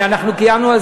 היה פיחות בשקל.